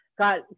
Got